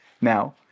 now